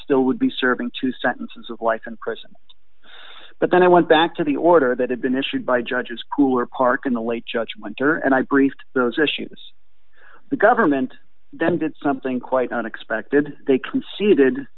still would be serving two sentences of life in prison but then i went back to the order that had been issued by judges cooler park in the late judgement or and i briefed those issues the government then did something quite unexpected they conceded